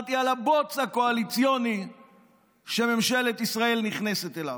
דיברתי על הבוץ הקואליציוני שממשלת ישראל נכנסת אליו.